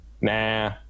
nah